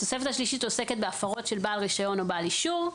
התוספת השלישית עוסקת בהפרות של בעל רישיון או בעל אישור.